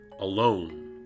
alone